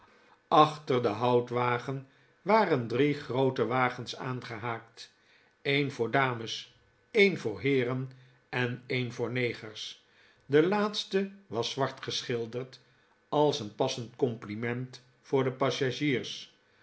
achter den houtwagen waren drie groote wagens aangehaakt een voor dames een voor heeren en een voor negers de iaatste was zwart geschilderd als een passend compliment voor de passagiers